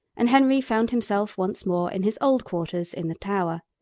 and henry found himself once more in his old quarters in the tower.